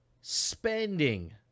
spending